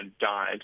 died